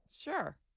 Sure